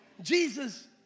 Jesus